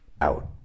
out